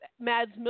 Mads